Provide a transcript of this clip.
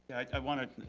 i wanna,